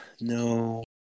no